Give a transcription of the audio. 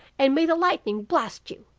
and may the lightning blast you.